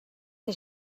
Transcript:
que